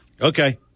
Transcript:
Okay